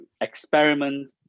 experiment